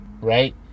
right